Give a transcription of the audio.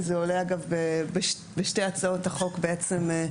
וזה עולה אגב בשתי הצעות החוק בעצם,